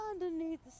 underneath